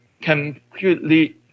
completely